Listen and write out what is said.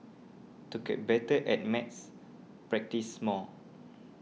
to get better at maths practise more